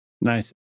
Nice